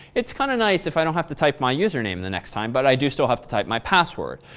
it's kind of nice if i don't have to type my username the next time but i do still have to type my password.